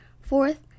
Fourth